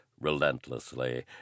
relentlessly